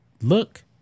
Look